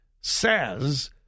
says